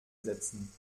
setzen